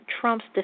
Trump's